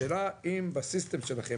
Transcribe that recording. השאלה היא אם בסיסטם שלכם,